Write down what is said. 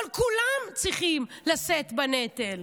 אבל כולם צריכים לשאת בנטל.